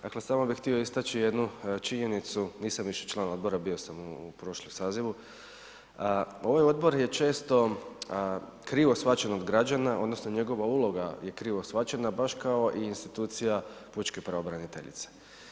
Dakle samo bi htio istaći jednu činjenicu, nisam više član odbora bio sam u prošlom sazivu, ovaj odbor je često krivo shvaćen od građana odnosno njegova uloga je krivo shvaćena baš kao i institucija pučke pravobraniteljice.